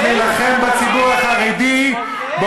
חבר הכנסת ליפמן,